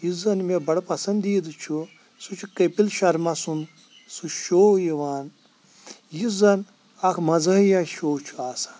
یُس زَن مے بَڈٕ پَسنٛدیٖدٕ چھُ سُہ چھُ کٔپِل شَرما سُنٛد سُہ شو یِوان یُس زَن اَکھ مزٲہِیَہ شو چھُ آسان